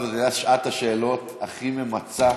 זו הייתה שעת השאלות הכי ממצה,